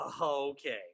okay